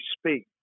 speak